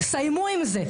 תסיימו עם זה.